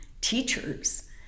teachers